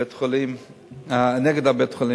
נגד בית-החולים, מייד.